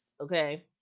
okay